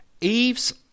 Eve's